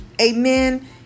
amen